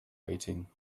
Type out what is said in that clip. weighting